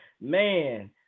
man